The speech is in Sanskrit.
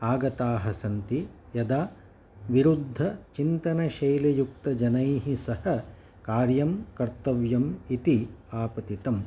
आगताः सन्ति यदा विरुद्धचिन्तनशैलीयुक्तजनैः सह कार्यं कर्तव्यम् इति आपतितम्